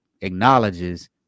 acknowledges